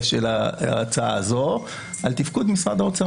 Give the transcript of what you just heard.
השפעת ההצעה הזאת על תפקוד משרד האוצר.